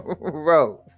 Rose